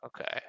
Okay